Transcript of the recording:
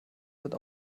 sind